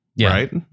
Right